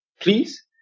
please